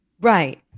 Right